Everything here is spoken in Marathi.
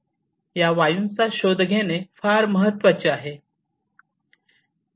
या वायूंचा शोध घेणे फार महत्वाचे आहे